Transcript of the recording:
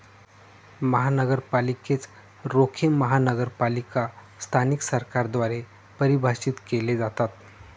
महानगरपालिकेच रोखे महानगरपालिका स्थानिक सरकारद्वारे परिभाषित केले जातात